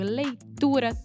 leitura